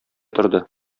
торды